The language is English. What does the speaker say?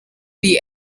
the